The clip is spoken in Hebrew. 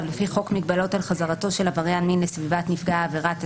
לפי חוק מגבלות על חזרתו של עבריין מין לסביבת נפגע העבירה,